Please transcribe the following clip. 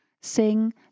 Sing